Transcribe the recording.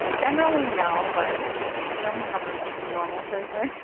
um generally no, but i don't think i'm the most normal person,